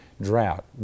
drought